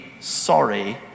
sorry